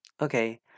Okay